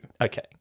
Okay